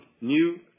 new